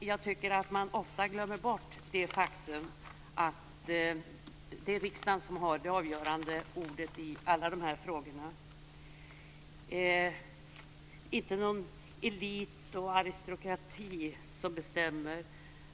Jag tycker att man ofta glömmer bort det faktum att det är riksdagen som har sista ordet i alla de här frågorna. Det är inte någon elit eller aristokrati som bestämmer.